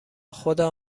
خدا